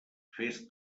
fes